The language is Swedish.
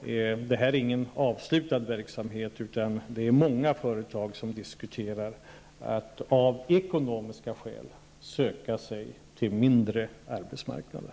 Detta är ingen avslutad verksamhet, utan det är många företag som diskuterar att av ekonomiska skäl söka sig till mindre arbetsmarknader.